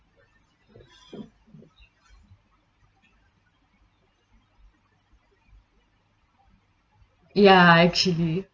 ya actually